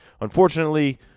Unfortunately